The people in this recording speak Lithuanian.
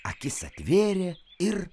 akis atvėrė ir